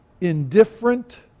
indifferent